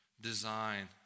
design